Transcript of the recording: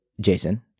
Jason